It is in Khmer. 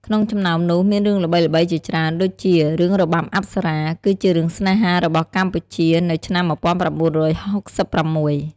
ក្នុងចំណោមនោះមានរឿងល្បីៗជាច្រើនដូចជា រឿងរបាំអប្សរា គឺជារឿងស្នេហារបស់កម្ពុជានៅឆ្នាំំំ១៩៦៦។